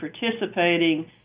participating